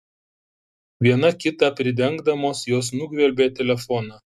viena kitą pridengdamos jos nugvelbė telefoną